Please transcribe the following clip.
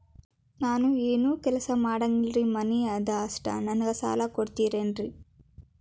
ನಾನು ಏನು ಕೆಲಸ ಮಾಡಂಗಿಲ್ರಿ ಮನಿ ಅದ ಅಷ್ಟ ನನಗೆ ಸಾಲ ಕೊಡ್ತಿರೇನ್ರಿ?